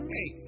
Hey